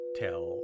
tell